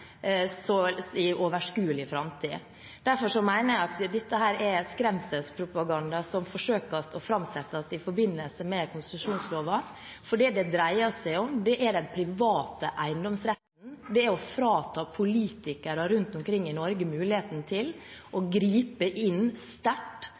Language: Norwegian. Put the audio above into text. i overskuelig framtid. Derfor mener jeg at dette er skremselspropaganda, som forsøkes framsatt i forbindelse med konsesjonsloven. Det det dreier seg om, er den private eiendomsretten, det er å frata politikere rundt omkring i Norge muligheten til å gripe sterkt inn